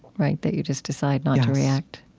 right? that you just decide not to react?